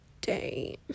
day